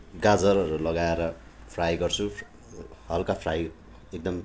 गाजरहरू लगाएर फ्राई गर्छु हल्का फ्राई एकदम